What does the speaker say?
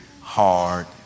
hard